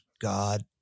God